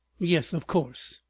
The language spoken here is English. yes of course.